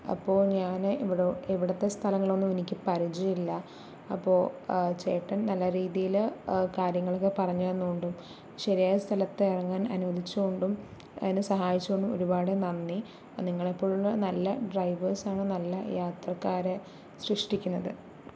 അപ്പോൾ ഞാൻ ഇവിടെ ഇവിടത്തെ സ്ഥലങ്ങളൊന്നും എനിക്ക് പരിചയം ഇല്ല അപ്പോൾ ചേട്ടന് നല്ല രീതിയിൽ കാര്യങ്ങളൊക്കെ പറഞ്ഞു തന്നതുകൊണ്ടും ശരിയായ സ്ഥലത്തിറങ്ങാന് അനുവദിച്ചതുകൊണ്ടും അതിന് സഹായിച്ചതുകൊണ്ടും ഒരുപാട് നന്ദി നിങ്ങളെപ്പോലുള്ള നല്ല ഡ്രൈവേര്സ് ആണ് നല്ല യാത്രക്കാരെ സൃഷ്ടിക്കുന്നത്